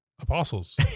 Apostles